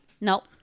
Nope